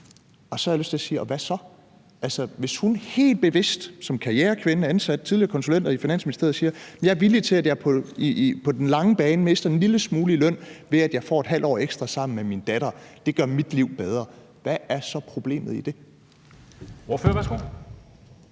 Og så har jeg lyst til at sige: Og hvad så? Hvis hun helt bevidst som karrierekvinde, tidligere konsulent, ansat i Finansministeriet siger: Jeg er villig til, at jeg på den lange bane mister en lille smule i løn, ved at jeg får et halvt år ekstra sammen med min datter; det gør mit liv bedre – hvad er så problemet i det?